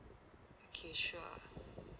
okay sure